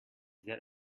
that